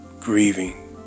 grieving